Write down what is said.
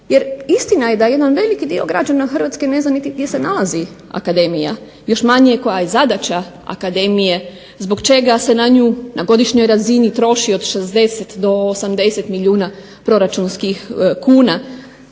jer istina je da jedan veliki dio građana Hrvatske ne zna niti gdje se nalazi akademija, još manje koja je zadaća akademije, zbog čega se na nju na godišnjoj razini troši od 60 do 80 milijuna proračunskih kuna.